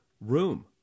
room